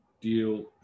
deal